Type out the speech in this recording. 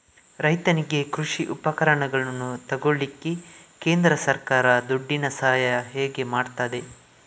ರೈತನಿಗೆ ಕೃಷಿ ಉಪಕರಣಗಳನ್ನು ತೆಗೊಳ್ಳಿಕ್ಕೆ ಕೇಂದ್ರ ಸರ್ಕಾರ ದುಡ್ಡಿನ ಸಹಾಯ ಹೇಗೆ ಮಾಡ್ತದೆ?